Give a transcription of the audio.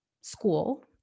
school